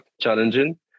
challenging